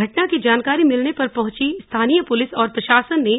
घटना की जानकारी मिलने पर पहॅची स्थानीय पुलिस और प्रशासन ने